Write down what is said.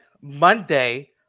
Monday